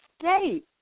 state